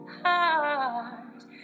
heart